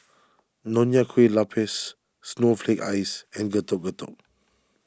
Nonya Kueh Lapis Snowflake Ice and Getuk Getuk